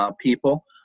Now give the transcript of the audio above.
people